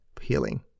healing